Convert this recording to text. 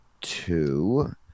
two